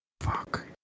fuck